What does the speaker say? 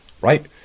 Right